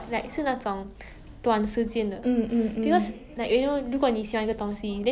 mm